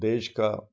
देश का